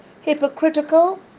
hypocritical